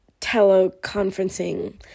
teleconferencing